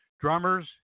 drummers